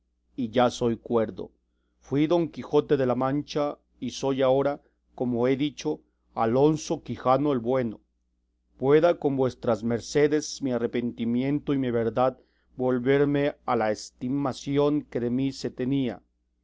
y ya soy cuerdo fui don quijote de la mancha y soy agora como he dicho alonso quijano el bueno pueda con vuestras mercedes mi arrepentimiento y mi verdad volverme a la estimación que de mí se tenía